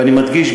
ואני מדגיש,